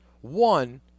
One